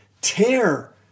tear